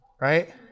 right